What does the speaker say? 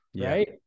right